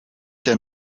der